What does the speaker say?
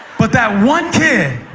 but that one kid